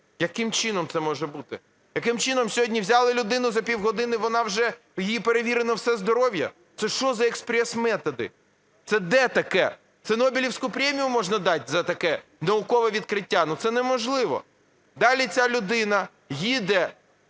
Яким чином це може бути? Яким чином сьогодні взяли людину, за пів години вона вже, її перевірено все здоров'я. Це що за експрес-методи, це де таке? Це Нобелівську премію можна дати за таке наукове відкриття. Ну це неможливо. Далі ця людина їде